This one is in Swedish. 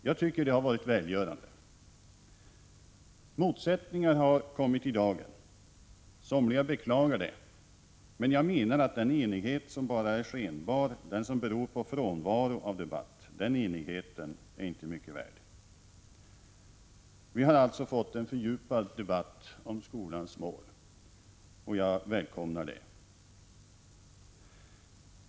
Jag tycker att det har varit välgörande. Motsättningar har kommit i dagen. Somliga beklagar det, men jag menar att den enighet som bara är skenbar, den som beror på frånvaro av debatt, inte är mycket värd. Vi har alltså fått en fördjupad debatt om skolans mål, och det välkomnar jag.